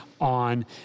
on